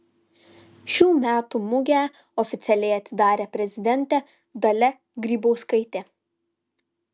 šių metų mugę oficialiai atidarė prezidentė dalia grybauskaitė